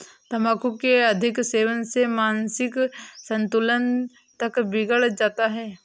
तंबाकू के अधिक सेवन से मानसिक संतुलन तक बिगड़ जाता है